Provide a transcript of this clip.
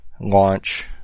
launch